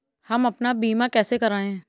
हम अपना बीमा कैसे कराए?